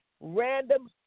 random